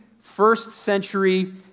first-century